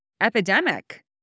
epidemic